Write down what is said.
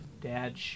dad